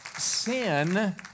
Sin